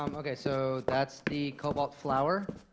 um ok, so that's the cobalt flower.